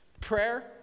Prayer